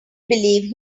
believe